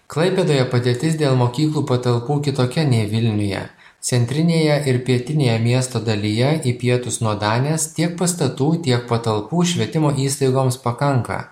klaipėdoje padėtis dėl mokyklų patalpų kitokia nei vilniuje centrinėje ir pietinėje miesto dalyje į pietus nuo danės tiek pastatų tiek patalpų švietimo įstaigoms pakanka